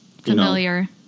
familiar